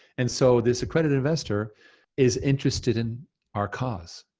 and so this accredited investor is interested in our cause,